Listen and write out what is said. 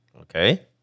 Okay